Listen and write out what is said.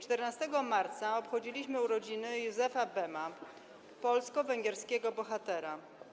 14 marca obchodziliśmy urodziny Józefa Bema, polsko-węgierskiego bohatera.